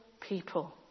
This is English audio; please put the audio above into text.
people